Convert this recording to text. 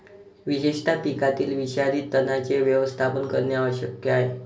विशेषतः पिकातील विषारी तणांचे व्यवस्थापन करणे आवश्यक आहे